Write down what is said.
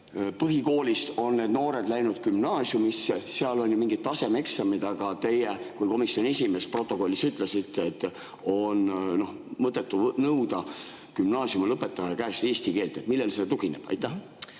Põhikoolist on need noored läinud gümnaasiumisse, seal on ju mingid tasemeeksamid. Aga teie kui komisjoni esimees protokolli kohaselt ütlesite, et on mõttetu nõuda gümnaasiumilõpetaja käest eesti keelt. Millele see tugineb? Tänan,